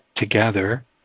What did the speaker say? Together